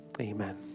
Amen